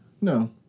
No